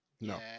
No